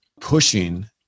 pushing